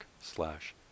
slash